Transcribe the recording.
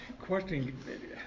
question